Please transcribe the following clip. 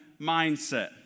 mindset